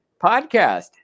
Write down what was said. podcast